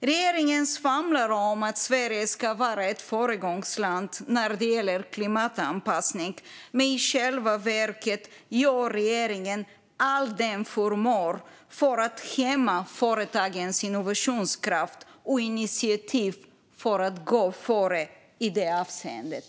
Regeringen svamlar om att Sverige ska vara ett föregångsland när det gäller klimatanpassning, men i själva verket gör regeringen allt den förmår för att hämma företagens innovationskraft och initiativ för att gå före i det avseendet.